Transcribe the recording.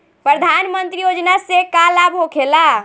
प्रधानमंत्री योजना से का लाभ होखेला?